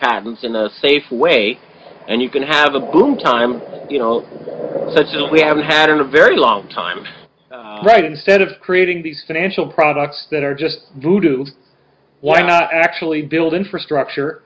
patents in a safe way and you can have a gloom time such as we haven't had in a very long time right instead of creating these financial products that are just who do want to actually build infrastructure